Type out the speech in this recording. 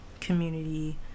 community